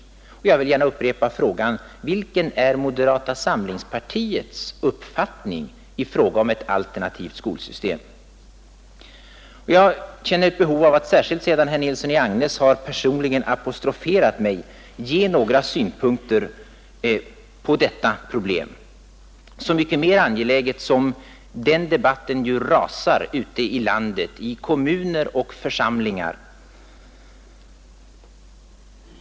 Jag vill gärna upprepa frågan: Vilken är moderata samlingspartiets uppfattning i fråga om ett alternativt skolsystem? Jag känner ett behov av — särskilt sedan herr Nilsson i Agnäs har apostroferat mig personligen — att ge några synpunkter på detta problem, så mycket mera angeläget som den debatten ju rasar ute i landet i kommuner och församlingar.